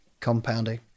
compounding